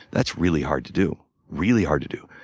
that's really hard to do. really hard to do.